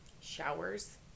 Showers